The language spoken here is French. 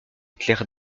claire